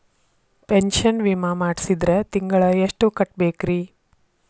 Pension ವಿಮಾ ಮಾಡ್ಸಿದ್ರ ತಿಂಗಳ ಎಷ್ಟು ಕಟ್ಬೇಕ್ರಿ?